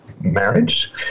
marriage